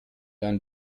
ein